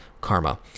karma